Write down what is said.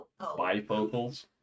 bifocals